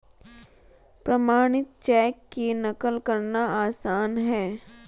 प्रमाणित चेक की नक़ल करना आसान है